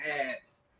ads